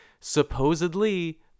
Supposedly